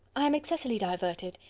i am excessively diverted.